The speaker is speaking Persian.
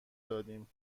دادیم